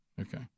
Okay